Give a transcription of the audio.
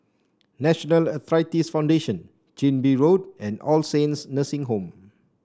National Arthritis Foundation Chin Bee Road and All Saints Nursing Home